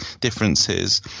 differences